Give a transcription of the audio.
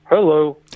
Hello